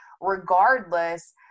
regardless